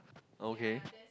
okay